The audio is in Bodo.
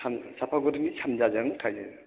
चापागुरिनि सानजाजों थायो